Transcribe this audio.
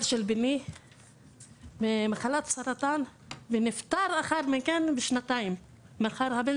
ממחלת הסרטן ונפטר שנתיים לאחר מכן,